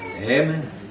Amen